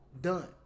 Done